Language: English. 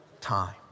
time